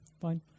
Fine